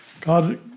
God